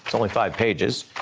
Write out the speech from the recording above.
so only five pages,